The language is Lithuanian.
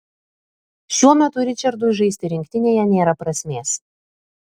šiuo metu ričardui žaisti rinktinėje nėra prasmės